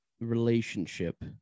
relationship